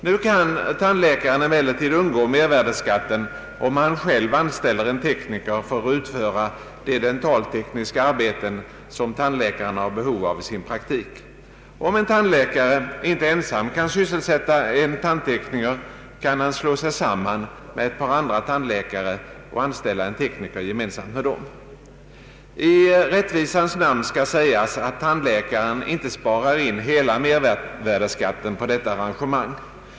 Nu kan emellertid tandläkaren undgå mervärdeskatten, om han själv anställer en tekniker för att utföra de dentaltekniska arbeten som han har behov av i sin praktik. Om en tandläkare inte ensam kan sysselsätta en tandtekniker, kan han slå sig samman med ett par andra tandläkare och anställa en tekniker gemensamt med dem. I rättvisans namn skall sägas att tandläkaren inte sparar in hela mervärdeskatten på detta arrangemang.